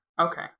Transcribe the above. Okay